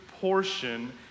portion